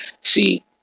see